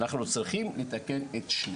אנחנו צריכים לתקן את שניהם,